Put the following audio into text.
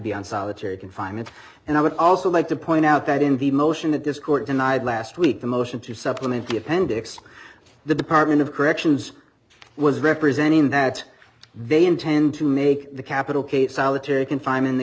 be on solitary confinement and i would also like to point out that in the motion that this court denied last week the motion to supplement the appendix the department of corrections was representing that they intend to make the capital case solitary confinement